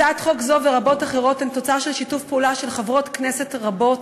הצעת חוק זו ורבות אחרות הן תוצאה של שיתוף פעולה של חברות כנסת רבות